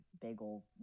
bagel